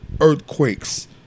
earthquakes